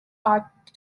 art